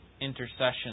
intercession